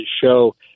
show